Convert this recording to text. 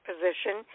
position